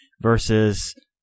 Versus